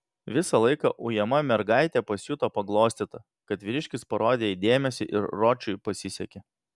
visą laiką ujama mergaitė pasijuto paglostyta kad vyriškis parodė jai dėmesį ir ročui pasisekė